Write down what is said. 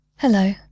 Hello